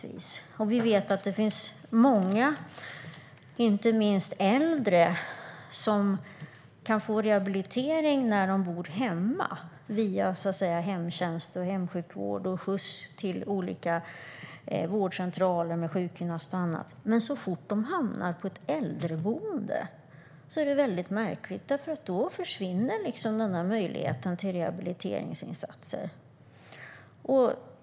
Vi vet att det finns många, inte minst äldre, som kan få rehabilitering via hemtjänst och hemsjukvård liksom skjuts till olika vårdcentraler med sjukgymnast och annat när de bor hemma. Men så fort de hamnar på ett äldreboende liksom försvinner den där möjligheten till rehabiliteringsinsatser, något som är väldigt märkligt.